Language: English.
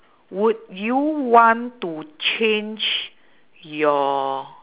would you want to change your